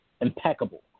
impeccable